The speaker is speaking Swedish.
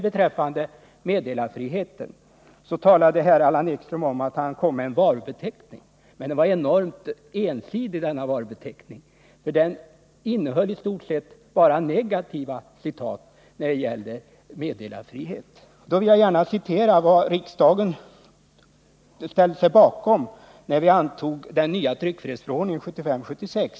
I fråga om meddelarfriheten menade Allan Ekström att han lämnade ett slags varudeklaration. Men denna varudeklaration var enormt ensidig, eftersom den innehöll i stort sett bara inskränkningarna i meddelarfriheten. Jag vill därför citera ur det som riksdagen ställde sig bakom när vi antog den nya tryckfrihetsförordningen år 1976.